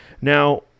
Now